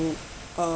um